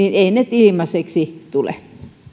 ilmaiseksi tule